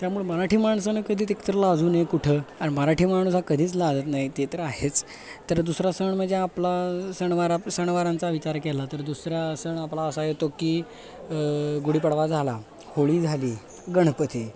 त्यामुळं मराठी माणसानं कधीच एकतर लाजू नये कुठं आणि मराठी माणूस हा कधीच लाजत नाही ते तर आहेच तर दुसरा सण म्हणजे आपला सणवारा सणवारांचा विचार केला तर दुसरा सण आपला असा येतो की गुढीपाडवा झाला होळी झाली गणपती